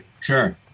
Sure